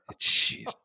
jeez